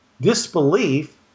disbelief